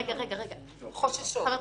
חוששות.